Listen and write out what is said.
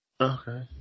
Okay